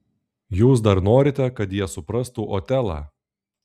jūs dar norite kad jie suprastų otelą